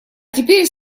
теперь